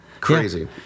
Crazy